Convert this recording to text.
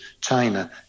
China